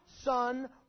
son